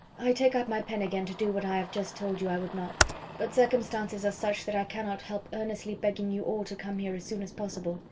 i take up my pen again to do what i have just told you i would not but circumstances are such that i cannot help earnestly begging you all to come here as soon as possible.